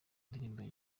ndirimbo